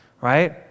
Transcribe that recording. Right